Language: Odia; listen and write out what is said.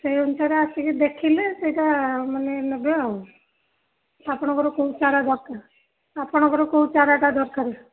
ସେହି ଅନୁସାରେ ଆସିକି ଦେଖିଲେ ସେଇଟା ମାନେ ନେବେ ଆଉ ଆପଣଙ୍କର କେଉଁ ଚାରା ଦରକାର ଆପଣଙ୍କର କେଉଁ ଚାରାଟା ଦରକାର